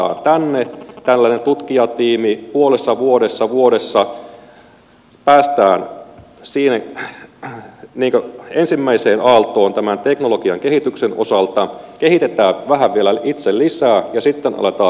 tällainen tutkijatiimi saadaan tänne puolessa vuodessa vuodessa päästään ensimmäiseen aaltoon tämän teknologian kehityksen osalta kehitetään vähän vielä itse lisää ja sitten aletaan myymään